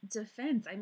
defense